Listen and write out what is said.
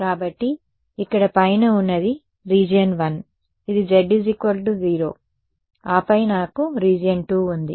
కాబట్టి ఇక్కడ పైన ఉన్నది రీజియన్ 1 ఇది z0 ఆపై నాకు రీజియన్ 2 ఉంది